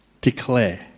declare